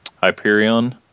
Hyperion